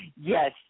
Yes